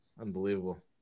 unbelievable